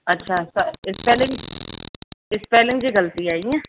अच्छा spelling spelling जी ग़लती आहे ईअं